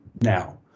now